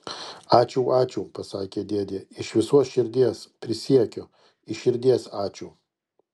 ačiū ačiū pasakė dėdė iš visos širdies prisiekiu iš širdies ačiū